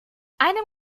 einen